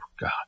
God